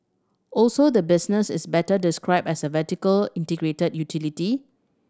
also the business is better described as a vertically integrated utility